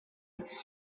its